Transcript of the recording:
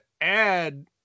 add –